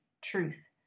truth